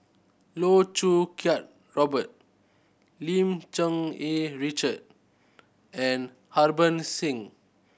Loh Choo Kiat Robert Lim Cherng Yih Richard and Harbans Singh